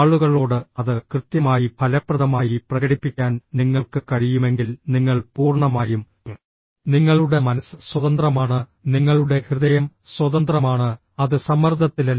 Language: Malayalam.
ആളുകളോട് അത് കൃത്യമായി ഫലപ്രദമായി പ്രകടിപ്പിക്കാൻ നിങ്ങൾക്ക് കഴിയുമെങ്കിൽ നിങ്ങൾ പൂർണ്ണമായും നിങ്ങളുടെ മനസ്സ് സ്വതന്ത്രമാണ് നിങ്ങളുടെ ഹൃദയം സ്വതന്ത്രമാണ് അത് സമ്മർദ്ദത്തിലല്ല